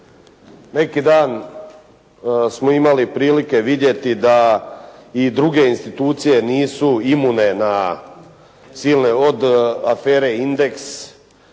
Neki dan smo imali prilike vidjeti da i druge institucije nisu imune na silne od afere “Indeks“.